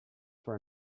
for